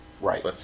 Right